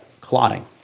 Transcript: clotting